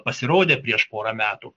pasirodė prieš porą metų